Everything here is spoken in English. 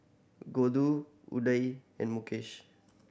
Gouthu Udai and Mukesh